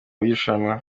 w’irushanwa